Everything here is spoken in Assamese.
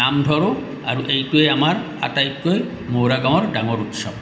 নাম ধৰোঁ আৰু এইটোৱেই আমাৰ আটাইতকৈ মৌৰা গাঁৱৰ ডাঙৰ উৎসৱ